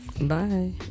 bye